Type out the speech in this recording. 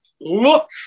look